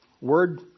word